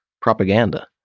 propaganda